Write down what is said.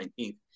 19th